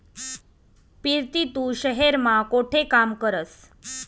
पिरती तू शहेर मा कोठे काम करस?